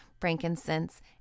frankincense